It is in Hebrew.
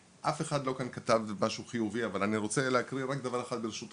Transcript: אף אחד לא כאן כתב משהו חיובי אבל אני רוצה להקריא רק דבר אחד ברשותך,